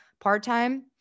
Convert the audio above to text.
part-time